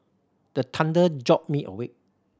the thunder jolt me awake